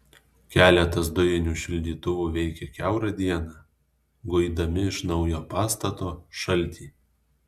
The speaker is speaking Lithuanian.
keletas dujinių šildytuvų veikė kiaurą dieną guidami iš naujo pastato šaltį